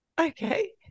okay